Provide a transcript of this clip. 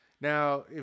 Now